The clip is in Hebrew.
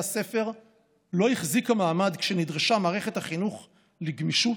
הספר לא החזיקה מעמד כשנדרשה מערכת החינוך לגמישות,